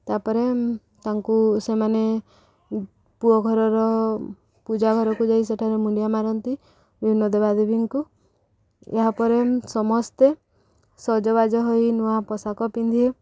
ତା'ପରେ ତାଙ୍କୁ ସେମାନେ ପୁଅ ଘରର ପୂଜା ଘରକୁ ଯାଇ ସେଠାରେ ମୁଣ୍ଡିଆ ମାରନ୍ତି ବିଭିନ୍ନ ଦେବା ଦେବୀଙ୍କୁ ଏହାପରେ ସମସ୍ତେ ସଜବାଜ ହୋଇ ନୂଆ ପୋଷାକ ପିନ୍ଧି